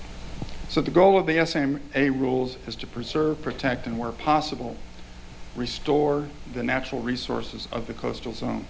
so the goal of the us aim a rules is to preserve protect and where possible restore the natural resources of the coastal